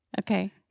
Okay